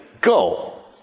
go